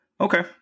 Okay